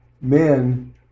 men